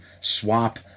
swap